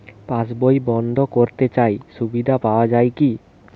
পাশ বই বন্দ করতে চাই সুবিধা পাওয়া যায় কি?